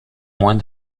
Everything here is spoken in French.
moins